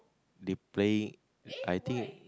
they playing I think